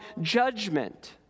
judgment